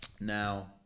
Now